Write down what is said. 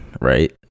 right